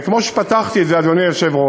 וכמו שפתחתי את זה, אדוני היושב-ראש,